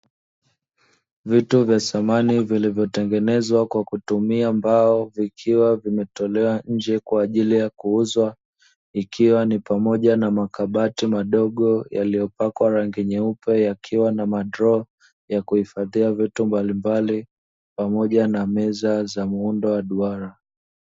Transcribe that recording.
Vitu vya samani vilivyotengenezwa kwa kutumia mbao vikiwa vimetolewa nje kwaajili ya kuuzwa, ikiwa ni pamoja na makabati madogo yaliyopakwa rangi nyeupe, yakiwa na madroo ya kuhifadhia vitu mbalimbali, pamoja na meza za muundo wa duara.